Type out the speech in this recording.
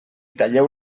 talleu